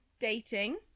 dating